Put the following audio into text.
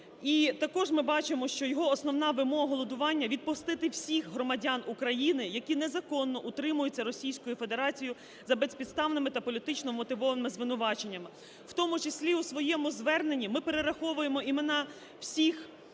також ми бачимо, що його основна вимога голодування – відпустити всіх громадян України, які незаконно утримуються Російською Федерацією за безпідставними та політично мотивованими звинуваченнями. В тому числі у своєму зверненні ми перераховуємо імена всіх